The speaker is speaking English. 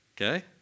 Okay